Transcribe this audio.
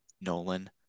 Nolan